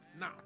now